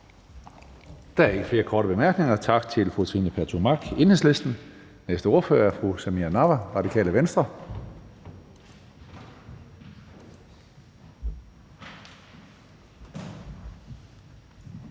Der er ikke flere korte bemærkninger, så tak til fru Trine Pertou Mach, Enhedslisten. Næste ordfører er fru Samira Nawa, Radikale Venstre.